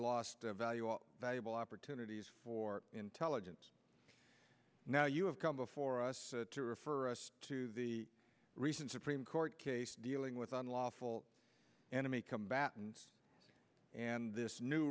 lost the value of valuable opportunities for intelligence now you have come before us to refer to the recent supreme court case dealing with unlawful enemy combatants and this new